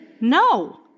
No